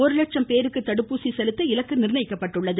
ஒரு லட்சம் பேருக்கு தடுப்பூசி செலுத்த இலக்கு நிர்ணயிக்கப்பட்டுள்ளது